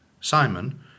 Simon